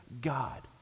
god